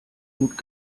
gut